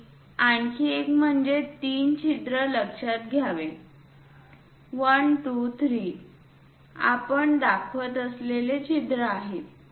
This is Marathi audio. आणि आणखी एक म्हणजे तीन छिद्र लक्षात घ्यावे लागेल 1 2 3 आपण दाखवत असलेले छिद्र आहेत